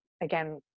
again